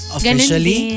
Officially